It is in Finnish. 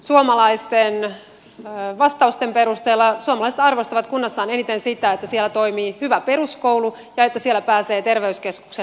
suomalaisten vastausten perusteella suomalaiset arvostavat kunnassaan eniten sitä että siellä toimii hyvä peruskoulu ja että siellä pääsee terveyskeskuksen lääkärin vastaanotolle